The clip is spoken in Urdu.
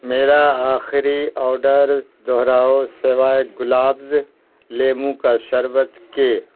میرا آخری آرڈر دوہراؤ سوائے گلابز لیموں کا شربت کے